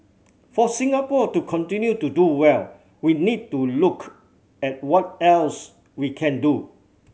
for Singapore to continue to do well we need to look at what else we can do